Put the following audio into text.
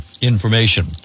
information